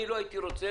אני לא הייתי רוצה